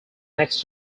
next